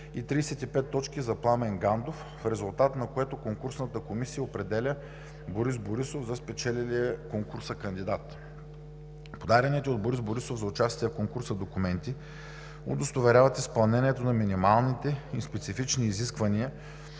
и 35 точки за Пламен Гамдов, в резултат на което конкурсната комисия определя Борис Борисов за спечелилия конкурса кандидат. Подадените от Борис Борисов за участие в конкурса документи удостоверяват изпълнението на минималните и специфични изисквания